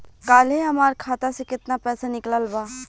काल्हे हमार खाता से केतना पैसा निकलल बा?